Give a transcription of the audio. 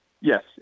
Yes